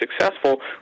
successful